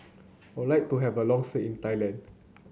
would like to have a long stay in Thailand